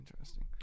Interesting